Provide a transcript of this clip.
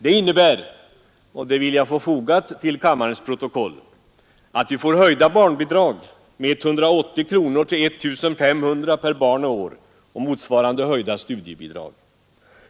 Det innebär, och det vill jag få fogat till kammarens protokoll, att vi får höjda barnbidrag med 180 kronor till I 500 kronor per barn och år och att studiebidragen höjs i motsvarande grad.